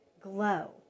Glow